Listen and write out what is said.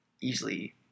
easily